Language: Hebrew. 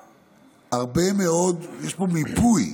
מיפוי.